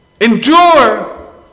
Endure